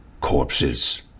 corpses